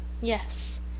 Yes